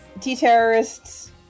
T-terrorists